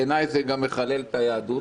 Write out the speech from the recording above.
בעיניי זה גם מחלל את היהדות.